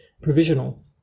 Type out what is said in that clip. provisional